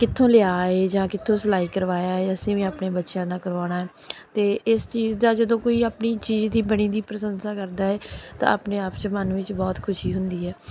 ਕਿੱਥੋਂ ਲਿਆ ਏ ਜਾਂ ਕਿੱਥੋਂ ਸਿਲਾਈ ਕਰਵਾਇਆ ਏ ਅਸੀਂ ਵੀ ਆਪਣੇ ਬੱਚਿਆਂ ਦਾ ਕਰਵਾਉਣਾ ਹੈ ਅਤੇ ਇਸ ਚੀਜ਼ ਦਾ ਜਦੋਂ ਕੋਈ ਆਪਣੀ ਚੀਜ਼ ਦੀ ਬਣੀ ਦੀ ਪ੍ਰਸ਼ੰਸਾ ਕਰਦਾ ਹੈ ਤਾਂ ਆਪਣੇ ਆਪ 'ਚ ਮੰਨ ਵਿੱਚ ਬਹੁਤ ਖੁਸ਼ੀ ਹੁੰਦੀ ਹੈ